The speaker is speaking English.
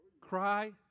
cry